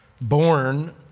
born